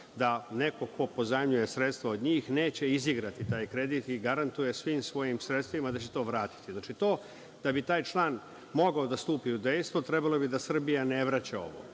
da neko ko pozajmljuje sredstva od njih neće izigrati taj kredit i garantuje svim svojim sredstvima da će to vratiti. Znači, da bi taj član mogao da stupi u dejstvo, trebalo bi da Srbija ne vraća ovo.